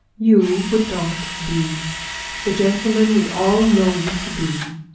you would not be the gentleman we all know you to be,